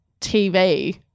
TV